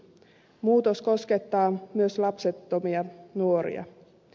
muutos koskettaa myös lapsettomia nuoria